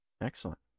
Excellent